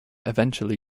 eventually